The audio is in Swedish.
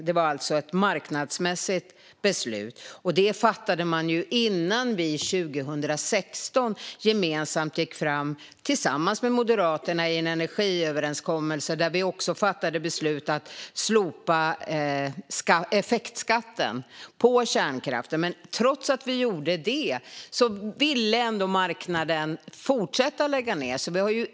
Det var alltså ett marknadsmässigt beslut som fattades innan vi 2016 gemensamt gick fram tillsammans med Moderaterna i en energiöverenskommelse, där vi också fattade beslut om att slopa effektskatten. Trots att vi gjorde det ville marknaden ändå fortsätta att lägga ned.